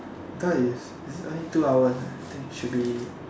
I thought is only two hours should be